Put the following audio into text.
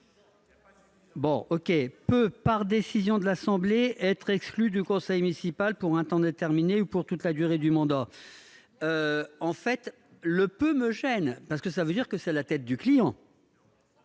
Bon ok, peut, par décision de l'Assemblée, être exclus du conseil municipal pour un temps déterminé ou pour toute la durée du mandat en fait le peut me gêne parce que ça veut dire que c'est la tête du client.